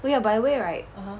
oh ya by the way right